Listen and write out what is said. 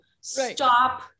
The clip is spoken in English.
Stop